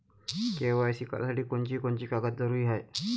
KYC करासाठी कोनची कोनची कागद जरुरी हाय?